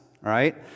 right